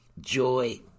joy